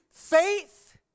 Faith